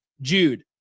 Jude